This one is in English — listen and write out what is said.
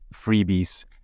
freebies